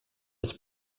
des